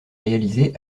réalisé